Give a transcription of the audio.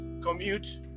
commute